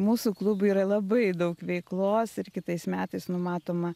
mūsų klubui yra labai daug veiklos ir kitais metais numatoma